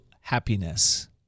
happiness